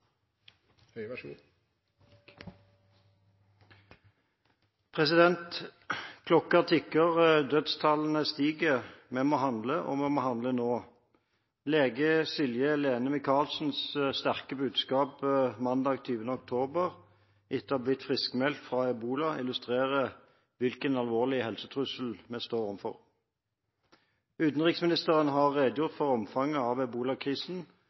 dødstallene stiger. Vi må handle, og vi må handle nå.» Lege Silje Lehne Michalsens sterke budskap mandag 20. oktober etter å ha blitt friskmeldt fra ebola illustrerer hvilken alvorlig helsetrussel vi står overfor. Utenriksministeren har redegjort for omfanget av ebolakrisen